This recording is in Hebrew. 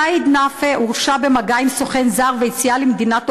סעיד נפאע הורשע במגע עם סוכן זר ויציאה למדינת אויב,